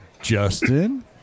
Justin